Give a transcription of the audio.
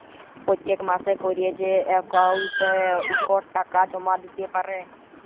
পত্তেক মাসে ক্যরে যে অক্কাউল্টে ইকট টাকা জমা দ্যিতে পারে